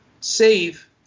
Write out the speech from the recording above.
save